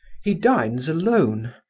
he dines alone.